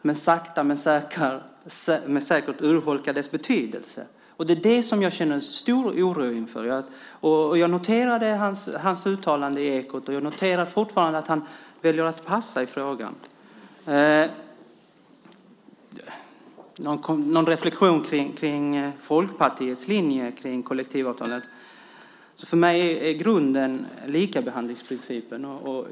Men sakta men säkert urholkas dess betydelse. Det är det som jag känner stor oro inför. Jag noterade hans uttalande i Ekot, och jag noterar fortfarande att han väljer att passa i frågan. Vad gäller en reflexion kring Folkpartiets linje kring kollektivavtalen är för mig grunden likabehandlingsprincipen.